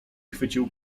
chwycił